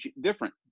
different